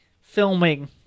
filming